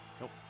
Nope